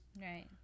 Right